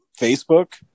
Facebook